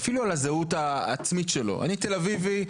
אפילו על הזהות העצמית שלו: אני תל אביבי,